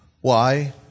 Why